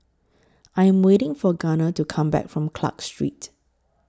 I Am waiting For Gunnar to Come Back from Clarke Street